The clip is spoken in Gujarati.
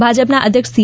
ભાજપના અધ્યક્ષ સી